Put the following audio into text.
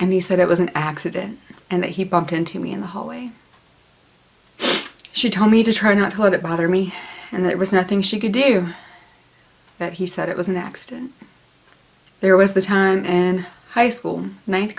and he said it was an accident and that he bumped into me in the hallway she told me to try not to let it bother me and it was nothing she could do that he said it was an accident there was the time in high school ninth